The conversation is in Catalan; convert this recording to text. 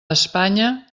espanya